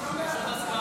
22 בעד, חמישה נגד.